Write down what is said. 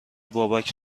بابک